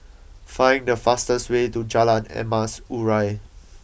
find the fastest way to Jalan Emas Urai